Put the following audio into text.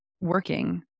working